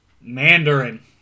Mandarin